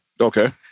Okay